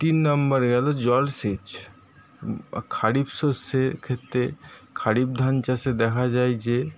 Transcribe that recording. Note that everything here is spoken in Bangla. তিন নাম্বার গেলো জলসেচ খারিফ শস্যের ক্ষেত্রে খারিফ ধান চাষে দেখা যায় যে